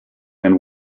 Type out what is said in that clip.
and